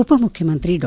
ಉಪಮುಖ್ಯಮಂತ್ರಿ ಡಾ